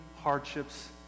hardships